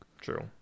true